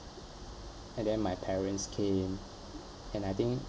and then my parents came and I think